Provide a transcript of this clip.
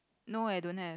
no I don't have